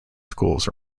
schools